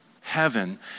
heaven